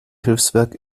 hilfswerk